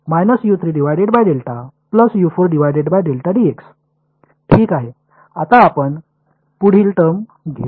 ठीक आहे आता आपण पुढील टर्म घेऊ